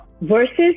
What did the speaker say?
versus